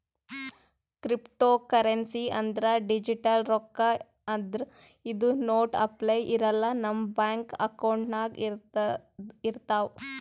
cryptocurrency ಅಂದ್ರ digital ರೊಕ್ಕಾ ಆದ್ರ್ ಇದು ನೋಟ್ ಅಪ್ಲೆ ಇರಲ್ಲ ನಮ್ ಬ್ಯಾಂಕ್ ಅಕೌಂಟ್ನಾಗ್ ಇರ್ತವ್